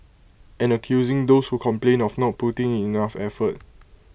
and accusing those who complained of not putting in enough effort